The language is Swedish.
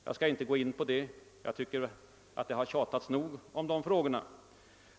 Jag skall inte gå in på detta. Jag tycker att det har tjatats nog om dessa frågor.